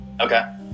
Okay